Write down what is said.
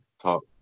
talk